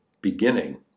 beginning